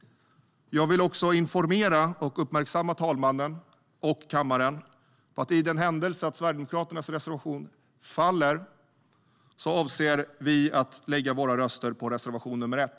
Jag vill också informera och uppmärksamma talmannen och kammaren på att vi för den händelse att Sverigedemokraternas reservation faller avser att lägga våra röster på reservation 1.